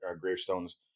gravestones